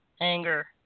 Anger